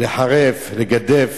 לחרף, לגדף.